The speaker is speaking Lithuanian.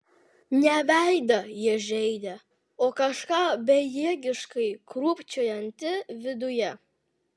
ne veidą jie žeidė o kažką bejėgiškai krūpčiojantį viduje